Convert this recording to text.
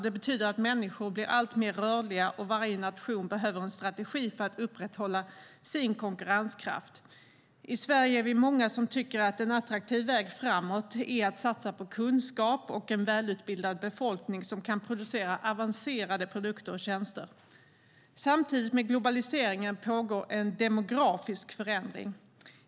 Det betyder att människor blir alltmer rörliga, och varje nation behöver en strategi för att upprätthålla sin konkurrenskraft. I Sverige är vi många som tycker att en attraktiv väg framåt är att satsa på kunskap och en välutbildad befolkning som kan producera avancerade produkter och tjänster. Samtidigt med globaliseringen pågår en demografisk förändring.